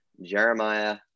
Jeremiah